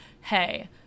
hey